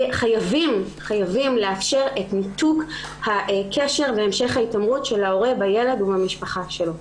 חייבים לאפשר את ניתוק הקשר והמשך ההתעמרות של ההורה בילד ובמשפחה שלו.